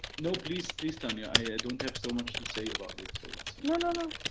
no, please please tania. i don't have so much to say about it, so it's. no, no,